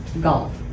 golf